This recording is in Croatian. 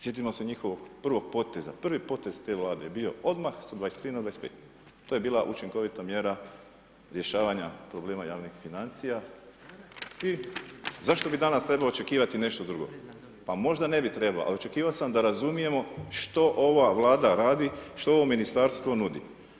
Sjetimo se njihovog prvog poteza, prvi potez te Vlade je bio odmah s 23 na 25, to je bila učinkovita mjera rješavanja problema javnih financija i zašto bi danas trebao očekivati nešto drugo, pa možda ne bi trebao, ali očekivao sam da razumijemo što ova Vlada radi što ovo ministarstvo nudi.